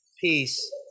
Peace